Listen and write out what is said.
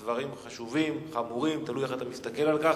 דברים חשובים, חמורים, תלוי איך אתה מסתכל על כך.